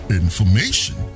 information